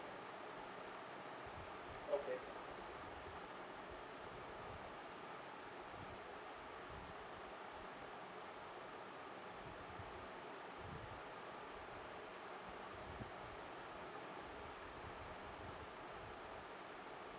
okay